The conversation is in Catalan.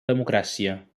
democràcia